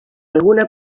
alguna